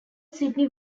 sydney